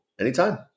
anytime